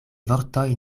vortoj